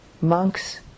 Monks